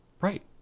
right